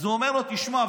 אז הוא אומר לו: תשמע,